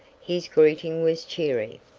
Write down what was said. his greeting was cheery.